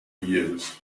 used